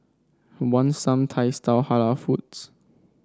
want some Thai style Halal foods